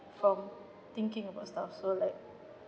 from thinking about stuff so like